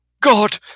God